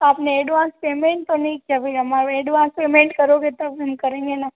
आपने advance payment तो नहीं किया अभी हमारे एडवांस पेमेन्ट करोगे तब हम करेंगे ना